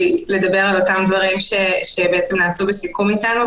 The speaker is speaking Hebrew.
לדבר על אותם דברים שנעשו בסיכום איתנו.